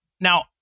Now